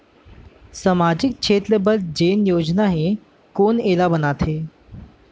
सामाजिक क्षेत्र बर जेन योजना हे कोन एला बनाथे?